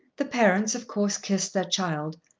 the parents of course kissed their child,